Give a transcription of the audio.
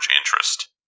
interest